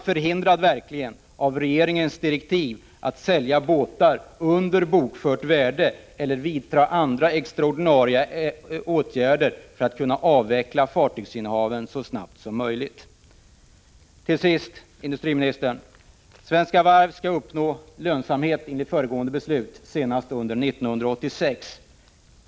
Var bolaget verkligen genom regeringens direktiv förhindrat att sälja båtar under bokfört värde eller att vidta andra extraordinära åtgärder för att kunna avveckla fartygsinnehaven så snabbt som möjligt? Slutligen vill jag ställa ytterligare en fråga till industriministern. Svenska Varv skall enligt föregående beslut uppnå lönsamhet senast under 1986.